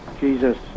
Jesus